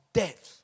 death